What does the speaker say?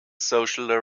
social